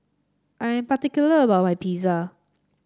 I am particular about my Pizza